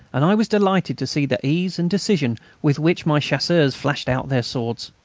and i was delighted to see the ease and decision with which my chasseurs flashed out their swords.